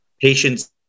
patients